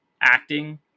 acting